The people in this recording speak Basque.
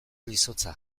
izotza